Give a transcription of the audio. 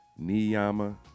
niyama